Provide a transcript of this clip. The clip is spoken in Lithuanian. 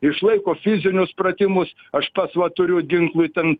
išlaiko fizinius pratimus aš pats va turiu ginklui ten